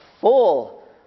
full